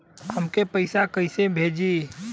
हमके पैसा कइसे भेजी?